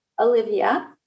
Olivia